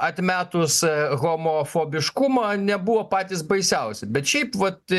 atmetus homofobiškumą nebuvo patys baisiausi bet šiaip vat